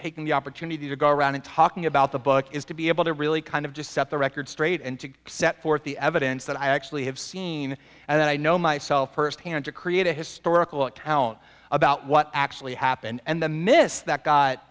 taking the opportunity to go around in talking about the book is to be able to really kind of just set the record straight and to set forth the evidence that i actually have seen and i know myself firsthand to create a historical account about what actually happened and the miss that got